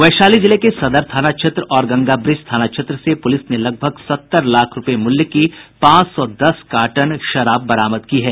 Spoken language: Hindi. वैशाली जिले के सदर थाना क्षेत्र और गंगाब्रिज थाना क्षेत्र से पुलिस ने लगभग सत्तर लाख रूपये मूल्य की पांच सौ दस कार्टन शराब बरामद की है